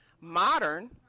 modern